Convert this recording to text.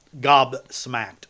gobsmacked